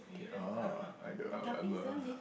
okay ah I don't know [lah[ whatever